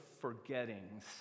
forgettings